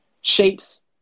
shapes